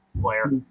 player